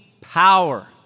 power